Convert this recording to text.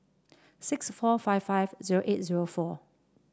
six four five five zero eight zero four